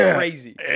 crazy